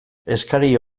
eskari